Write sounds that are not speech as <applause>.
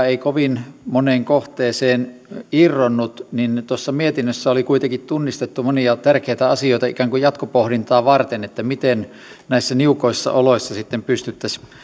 <unintelligible> ei kovin moneen kohteeseen irronnut niin tuossa mietinnössä oli kuitenkin tunnistettu monia tärkeitä asioita ikään kuin jatkopohdintaa varten miten näissä niukoissa oloissa sitten pystyttäisiin